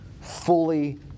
fully